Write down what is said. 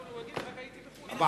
אדוני היושב-ראש, מי נציג הממשלה?